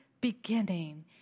beginning